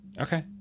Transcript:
Okay